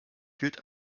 gilt